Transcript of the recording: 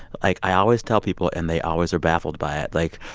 like, i always tell people, and they always are baffled by it. like,